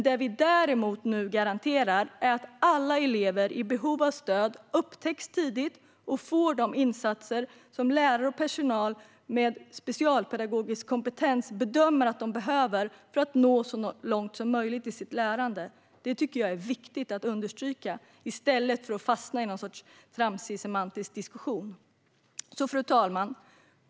Det vi däremot nu garanterar är att alla elever i behov av stöd upptäcks tidigt och får de insatser som lärare och personal med specialpedagogisk kompetens bedömer att de behöver för att nå så långt som möjligt i sitt lärande. Det tycker jag är viktigt att understryka i stället för att fastna i någon sorts tramsig semantisk diskussion. Fru talman!